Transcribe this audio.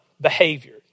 behavior